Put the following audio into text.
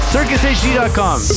CircusHD.com